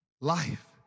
life